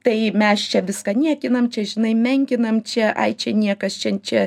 tai mes čia viską niekinam čia žinai menkinam čia ai čia niekas čia čia